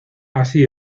así